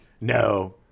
No